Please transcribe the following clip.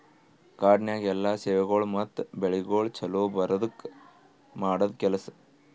ಕಾಡನ್ಯಾಗ ಎಲ್ಲಾ ಸೇವೆಗೊಳ್ ಮತ್ತ ಬೆಳಿಗೊಳ್ ಛಲೋ ಬರದ್ಕ ಮಾಡದ್ ಕೆಲಸ